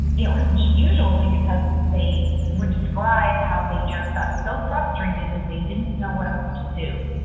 it was usually because they would describe how they just got so frustrated that they didn't know what else to do.